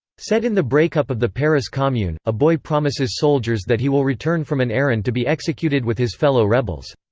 set in the breakup of the paris commune, a boy promises soldiers that he will return from an errand to be executed with his fellow rebels.